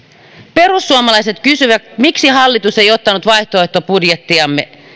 perussuomalaiset kysyvät miksi hallitus ei ottanut vaihtoehtobudjettiamme